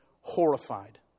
horrified